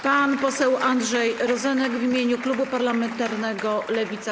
Pan poseł Andrzej Rozenek w imieniu klubu parlamentarnego Lewica.